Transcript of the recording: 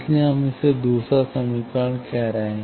इसलिए हम इसे दूसरा समीकरण कह रहे हैं